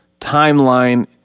timeline